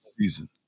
season